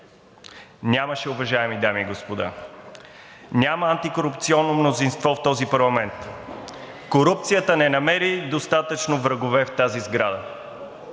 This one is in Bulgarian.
Нямаше, уважаеми дами и господа. Няма антикорупционно мнозинство в този парламент. Корупцията не намери достатъчно врагове в тази сграда.